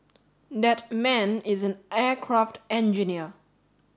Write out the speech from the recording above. that man is an aircraft engineer